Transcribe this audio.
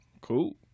Cool